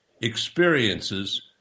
experiences